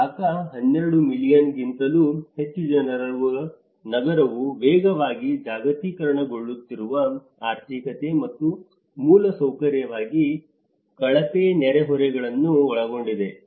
ಢಾಕಾ 12 ಮಿಲಿಯನ್ಗಿಂತಲೂ ಹೆಚ್ಚು ಜನರಿರುವ ನಗರವು ವೇಗವಾಗಿ ಜಾಗತೀಕರಣಗೊಳ್ಳುತ್ತಿರುವ ಆರ್ಥಿಕತೆ ಮತ್ತು ಮೂಲಸೌಕರ್ಯವಾಗಿ ಕಳಪೆ ನೆರೆಹೊರೆಗಳನ್ನು ಒಳಗೊಂಡಿದೆ